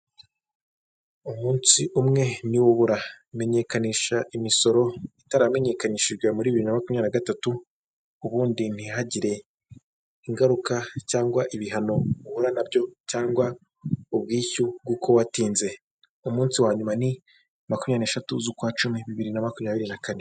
Umunsi umwe niwo ubura kumenyekanisha imisoro itaramenyekanishijwe muri bibiri na makumyabiri nagatatu, ubundi ntihagire ingaruka, cyangwa ibihano muhura nabyo, cyangwa ubwishyu bw'uko watinze. Umunsi wa nyuma ni makumyabiri n'eshatu z'ukwa cumi, bibiri na makumyabiri na kane.